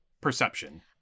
Perception